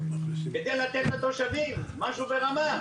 כדי לתת לתושבים משהו ברמה.